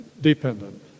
dependent